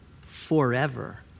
forever